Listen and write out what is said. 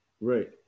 Right